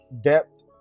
depth